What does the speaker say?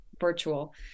virtual